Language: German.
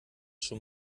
schon